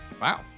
Wow